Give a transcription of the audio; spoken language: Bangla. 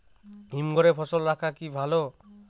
হিমঘরে ফসল রাখা কি ভালো?